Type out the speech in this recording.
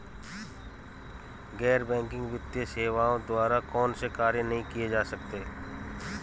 गैर बैंकिंग वित्तीय सेवाओं द्वारा कौनसे कार्य नहीं किए जा सकते हैं?